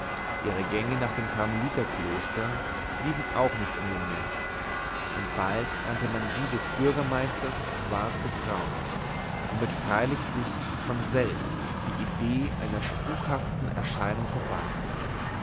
ihre gänge nach dem karmeliterkloster blieben auch nicht unbemerkt und bald nannte man sie des bürgermeisters schwarze frau womit freilich sich von selbst die idee einer spukhaften erscheinung verband